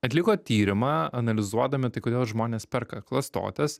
atliko tyrimą analizuodami tai kodėl žmonės perka klastotes